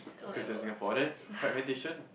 cause you're in Singapore and then fragmentation